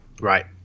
Right